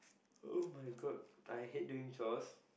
[oh]-my-god I hate doing chores